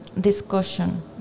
discussion